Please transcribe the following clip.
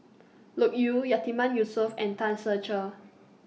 Loke Yew Yatiman Yusof and Tan Ser Cher